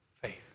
faith